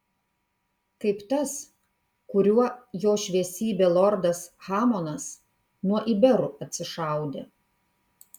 kaip tas kuriuo jo šviesybė lordas hamonas nuo iberų atsišaudė